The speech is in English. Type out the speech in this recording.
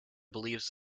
believes